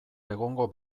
egongo